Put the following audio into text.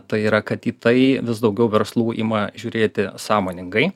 tai yra kad į tai vis daugiau verslų ima žiūrėti sąmoningai